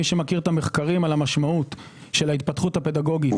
מי שמכיר את המחקרים על המשמעות של ההתפתחות הפדגוגית